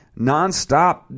nonstop